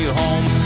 home